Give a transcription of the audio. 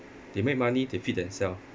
they make money they feed themself